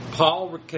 Paul